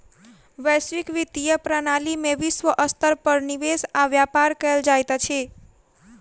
वैश्विक वित्तीय प्रणाली में विश्व स्तर पर निवेश आ व्यापार कयल जाइत अछि